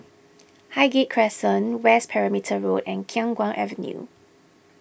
Highgate Crescent West Perimeter Road and Khiang Guan Avenue